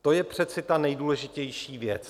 To je přece ta nejdůležitější věc.